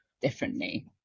differently